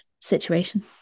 situation